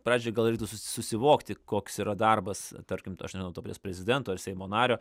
pradžiai gal reiktų susi susivokti koks yra darbas tarkim aš nežinau to paties prezidento ar seimo nario